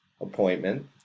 appointment